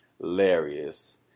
hilarious